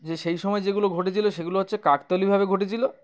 যে সেই সময় যেগুলো ঘটেছিল সেগুলো হচ্ছে কাকতালিয়ভাবে ঘটেছিল